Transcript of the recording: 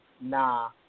nah